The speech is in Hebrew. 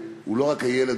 זה לא רק הילד,